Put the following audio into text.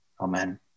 Amen